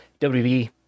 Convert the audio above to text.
WWE